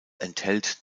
enthält